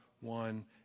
one